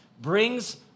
brings